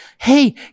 hey